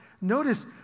notice